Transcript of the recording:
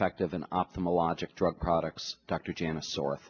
fact of an optimal logic drug products dr janice or